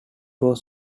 was